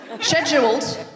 scheduled